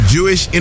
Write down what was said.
Jewish